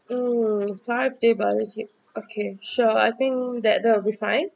mm five days bali trip okay sure I think that that will be fine